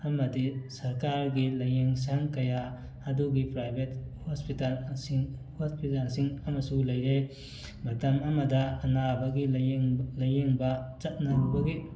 ꯑꯃꯗꯤ ꯁꯔꯀꯥꯔꯒꯤ ꯂꯥꯏꯌꯦꯡꯁꯪ ꯀꯌꯥ ꯑꯗꯨꯒꯤ ꯄ꯭ꯔꯥꯏꯕꯦꯠ ꯍꯣꯁꯄꯤꯇꯥꯜꯁꯤꯡ ꯍꯣꯁꯄꯤꯇꯥꯜꯁꯤꯡ ꯑꯃꯁꯨ ꯂꯩꯔꯦ ꯃꯇꯝ ꯑꯃꯗ ꯑꯅꯥꯕꯒꯤ ꯂꯥꯏꯌꯦꯡꯕ ꯂꯥꯏꯌꯦꯡꯕ ꯆꯠꯅꯕꯒꯤ